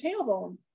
tailbone